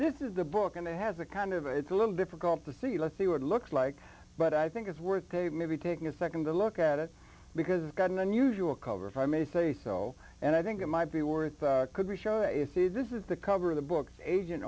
this is the book and it has a kind of a it's a little difficult to see let's see what looks like but i think it's worth they maybe taking a nd to look at it because it's got an unusual cover if i may say so and i think it might be worth could we show if this is the cover of the book agent